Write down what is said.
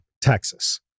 Texas